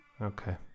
Okay